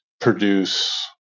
produce